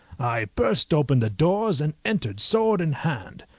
i burst open the doors, and entered sword in hand.